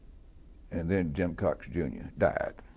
and then jim cox. jr. died